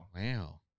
Wow